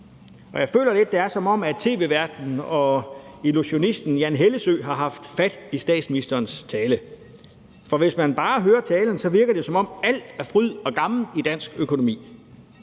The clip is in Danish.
og jeg føler lidt, det er, som om tv-værten og illusionisten Jan Hellesøe har haft fat i statsministerens tale. For hvis man bare hører talen, virker det, som om alt er fryd og gammen i dansk økonomi,